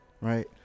right